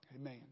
amen